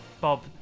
Bob